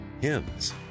hymns